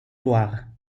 loire